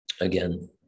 Again